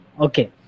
okay